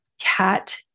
cat